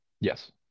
Yes